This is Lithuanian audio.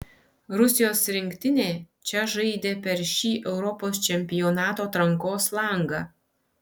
rusijos rinktinė čia žaidė per šį europos čempionato atrankos langą